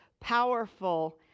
powerful